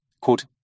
quote